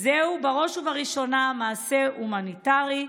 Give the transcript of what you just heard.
זהו בראש ובראשונה מעשה הומניטרי.